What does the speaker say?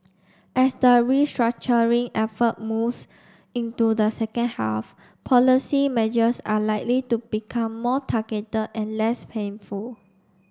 as the restructuring effort moves into the second half policy measures are likely to become more targeted and less painful